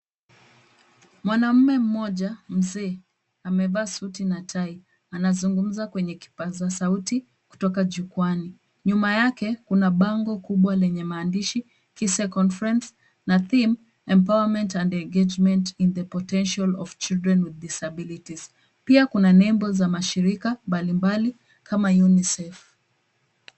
Mwanaume mmoja mzee amevaa suti na tai. Anazungumza kwenye kipaza sauti kutoka jukwaani. Nyuma yake kuna bango kubwa lenye maandishi KISE conference na [cs ] theme empowerment and engagement in the potential of children with disabilities . Pia kuna nembo za mashirika mbali mbali kama UNICEF.